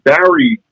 Barry